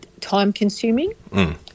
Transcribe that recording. time-consuming